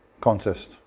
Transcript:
contest